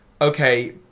okay